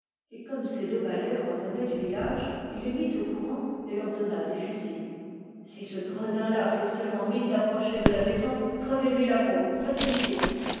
et comme ses deux valets revenaient du village il les mit au courant et leur donna des fusils si ce gredin là fait seulement mine d'approcher de la maison crevez lui la peau pas de pitié